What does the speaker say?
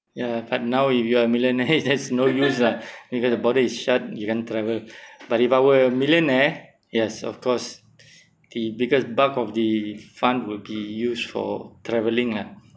ya but now if you are a millionaire there's has no use lah because the border is shut you can't travel but if I were a millionaire yes of course the biggest bulk of the fund will be used for travelling ah